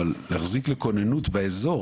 אבל להחזיק לכוננות באזור